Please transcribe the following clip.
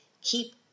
keep